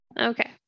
Okay